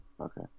Okay